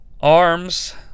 Arms